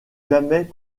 jamais